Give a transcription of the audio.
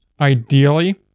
ideally